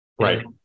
Right